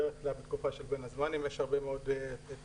בדרך כלל בתקופה של בין הזמנים יש הרבה מאוד ציבורים,